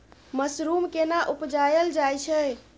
Mushroom केना उबजाबल जाय छै?